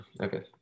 okay